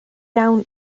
iawn